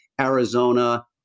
Arizona